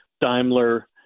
Daimler